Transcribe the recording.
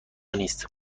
نیست